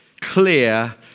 clear